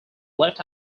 left